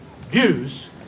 views